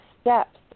steps